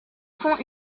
font